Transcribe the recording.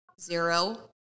zero